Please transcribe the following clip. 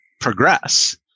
progress